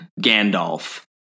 gandalf